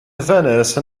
venice